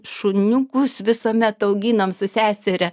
šuniukus visuomet auginom su seseria